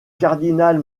cardinal